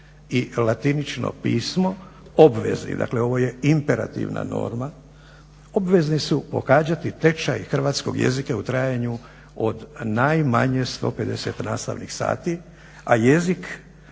i latinično pismo obvezni, dakle ovo je imperativna norma, obvezni su pohađati tečaj hrvatskog jezika u trajanju od najmanje 150 nastavnih sati, a jezik